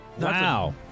Wow